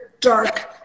dark